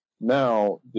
Now